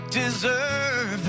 deserve